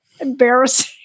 embarrassing